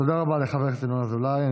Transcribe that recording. תודה רבה לחבר הכנסת ינון אזולאי.